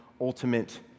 ultimate